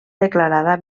declarada